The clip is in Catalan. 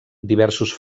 diversos